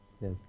Yes